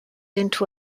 into